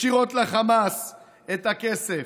ישירות לחמאס את הכסף.